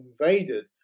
invaded